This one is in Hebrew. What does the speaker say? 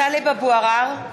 (קוראת בשמות חברי הכנסת) טלב אבו עראר,